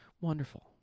wonderful